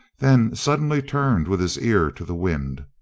then suddenly turned with his ear to the wind.